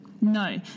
No